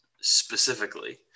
specifically